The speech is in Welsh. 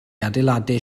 adeiladau